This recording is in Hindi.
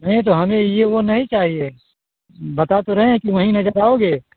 नहीं तो हमें ये वो नहीं चाहिए बता तो रहे हैं कि वहीं नजर आओगे